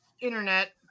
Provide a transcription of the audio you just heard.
internet